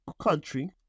country